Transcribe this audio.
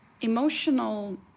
emotional